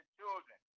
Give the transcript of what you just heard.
children